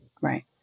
right